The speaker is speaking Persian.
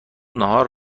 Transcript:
نهار